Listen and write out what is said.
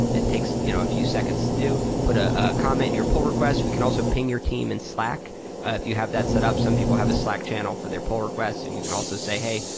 it takes you know a few seconds to do. put ah a comment in your pull request. we can also ping your team in slack if you have that setup. some people have a slack channel for their pull request. and you can also say, hey,